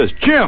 Jim